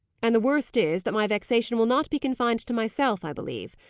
and the worst is, that my vexation will not be confined to myself, i believe.